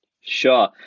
sure